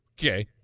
Okay